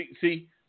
See